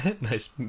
Nice